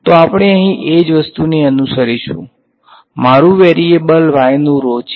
તો આપણે અહીં એ જ વસ્તુને અનુસરીશું મારુ વરીયેબલ y નુ rho છે